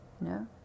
No